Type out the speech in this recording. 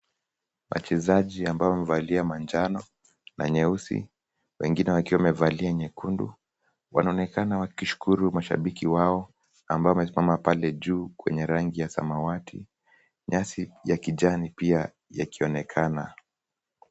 Wachezaji ambao wamevalia manjano na nyeusi wengine wakiwa wamevalia nyekundu wanaonekana wakishukuru mashabiki wao ambao wamesimama pale juu kwenye rangi ya samawati. Nyasi ya kijani pia yakionekana.